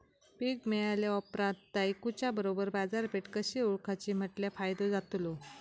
पीक मिळाल्या ऑप्रात ता इकुच्या बरोबर बाजारपेठ कशी ओळखाची म्हटल्या फायदो जातलो?